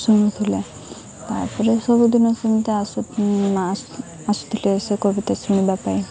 ଶୁଣୁଥିଲେ ତା'ପରେ ସବୁଦିନ ସେମିତି ଆସୁଥିଲେ ସେ କବିତା ଶୁଣିବା ପାଇଁ